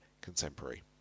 contemporary